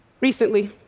Recently